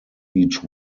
each